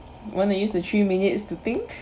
want to use the three minutes to think